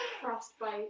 frostbite